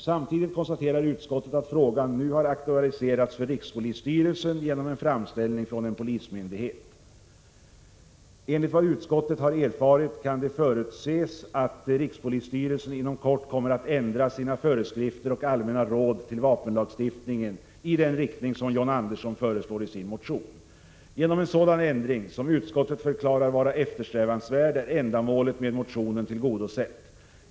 Samtidigt konstaterar utskottet att frågan nu har aktualiserats för rikspolisstyrelsen genom en framställning från en polismyndighet. Enligt vad utskottet har erfarit kan det förutses att rikspolisstyrelsen inom kort kommer att ändra sina föreskrifter och allmänna råd när det gäller vapenlagstiftningen i den riktning som John Andersson föreslår i sin motion. Genom en sådan ändring, som utskottet förklarar vara eftersträvansvärd, är ändamålet med motionen tillgodosett.